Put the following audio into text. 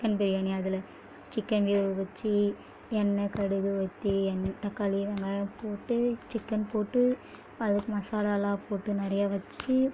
chicken biryani அதில் chicken வேக வச்சு எண்ணெய் கடுகு ஊற்றி தக்காளி வெங்காயம் போட்டு சிக்கன் போட்டு அதுக்கு மசாலாலெலாம் போட்டு நிறையா வச்சு